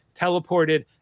teleported